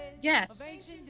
Yes